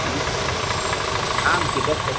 जी आम की बस सर